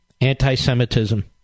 anti-Semitism